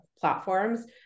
platforms